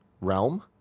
Realm